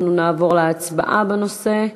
נעבור להצבעה בנושא.